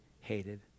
hated